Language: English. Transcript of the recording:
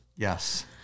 Yes